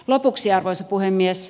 lopuksi arvoisa puhemies